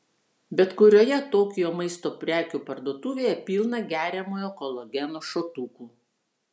bet kurioje tokijo maisto prekių parduotuvėje pilna geriamojo kolageno šotukų